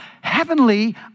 heavenly